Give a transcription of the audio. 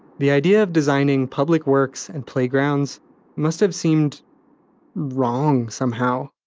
the idea of designing public works and playgrounds must've seemed wrong somehow.